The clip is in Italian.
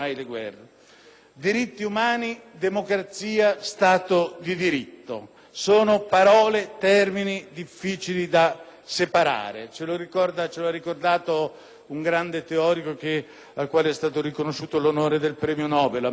Diritti umani, democrazia, Stato di diritto: sono termini difficili da separare. Ce lo ha ricordato un grande teorico, al quale è stato riconosciuto l'onore del premio Nobel, Amartya Sen.